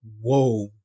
Whoa